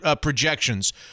projections